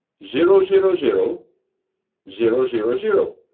zero zero zero zero zero zero.